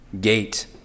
gate